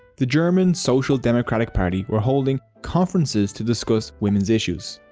the german social democratic party were holding conferences to discuss women's issues.